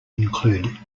include